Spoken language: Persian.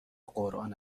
قرآن